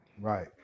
Right